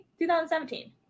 2017